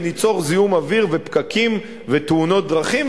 וניצור זיהום אוויר ופקקים ותאונות דרכים,